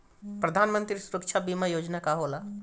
प्रधानमंत्री सुरक्षा बीमा योजना का होला?